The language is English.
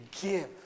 give